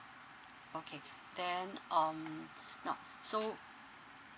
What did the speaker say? okay then um now so